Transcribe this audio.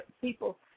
people